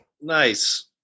Nice